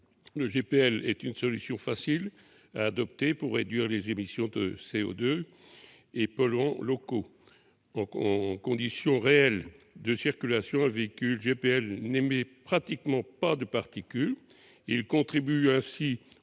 Le GPL est une solution facile à adopter pour réduire les émissions de CO2 et de polluants locaux. Dans des conditions réelles de circulation, un véhicule GPL n'émet pratiquement pas de particules. Il contribue ainsi